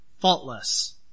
faultless